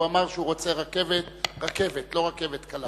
הוא אמר שהוא רוצה רכבת רכבת, לא רכבת קלה.